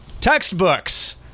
textbooks